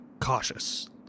cautious